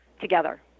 together